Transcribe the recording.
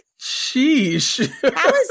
Sheesh